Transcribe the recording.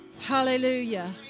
Hallelujah